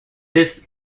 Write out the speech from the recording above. this